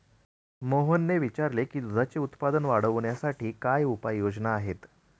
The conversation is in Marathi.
मोहनने विचारले की दुधाचे उत्पादन वाढवण्यासाठी काय उपाय योजना आहेत?